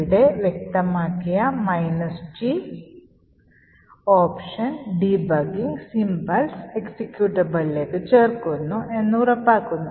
ഇവിടെ വ്യക്തമാക്കിയ G option debugging symbols എക്സിക്യൂട്ടബിളിലേക്ക് ചേർക്കുന്നു എന്ന് ഉറപ്പാക്കുന്നു